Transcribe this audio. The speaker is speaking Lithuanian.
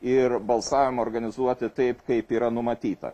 ir balsavimą organizuoti taip kaip yra numatyta